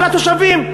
על התושבים.